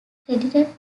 credited